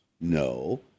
No